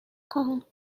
خواهم